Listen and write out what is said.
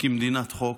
כמדינת חוק,